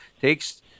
takes